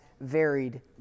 varied